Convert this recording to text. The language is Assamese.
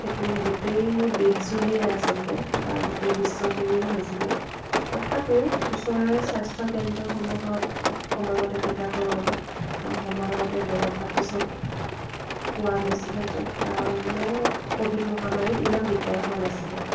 সেইটো গোটেই দেশজুৰিয়ে আচলতে বা গোটেই বিশ্বজুৰিয়ে হৈছিলে তথাপিও ওচৰৰে স্বাস্থ্যকেন্দ্ৰসমূহত সময়মতে টীকাকৰণ সময়মতে দৰব পাতি চব পোৱা গৈছিলে কাৰণে কভিড মহামাৰীত ইমান দিগদাৰ হোৱা নাছিলে